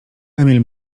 emil